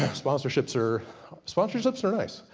sponsorships are sponsorships are nice!